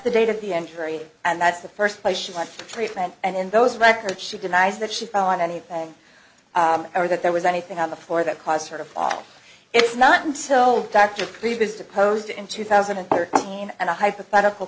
the date of the entry and that's the first place she went to treatment and in those records she denies that she found anything or that there was anything on the floor that caused her to fall it's not until dr previous supposed to in two thousand and thirteen and a hypothetical